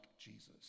Jesus